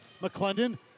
McClendon